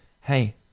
hey